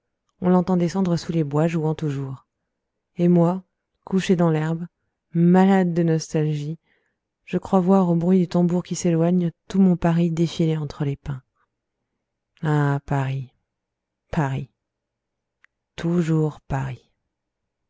on l'entend descendre sous le bois jouant toujours et moi couché dans l'herbe malade de nostalgie je crois voir au bruit du tambour qui s'éloigne tout mon paris défiler entre les pins ah paris paris toujours paris